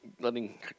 letting